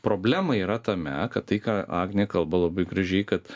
problema yra tame kad tai ką agnė kalba labai gražiai kad